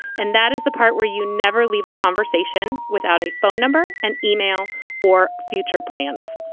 and that is the part where you never leave a conversation without a phone number, an email or future plans.